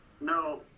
No